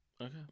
Okay